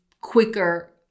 quicker